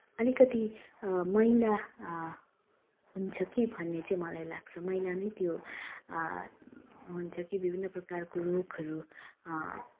अलिकति मैला हुन्छ कि भन्ने चाहिँ मलाई लाग्छ मैला माने त्यो हुन्छ कि विभिन्न प्रकारको रोगहरू